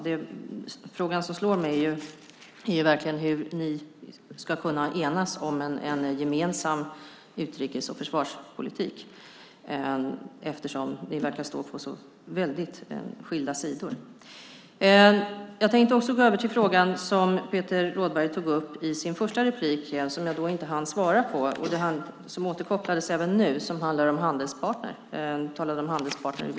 Den fråga som slår mig är verkligen hur ni ska kunna enas om en gemensam utrikes och försvarspolitik eftersom ni verkar stå på så väldigt skilda sidor. Jag tänkte också gå över till den fråga som Peter Rådberg tog upp i sin första replik, som jag då inte hann svara på och som återkopplades till även nu. Den handlade om handelspartner. Peter Rådberg talade om handelspartnern USA.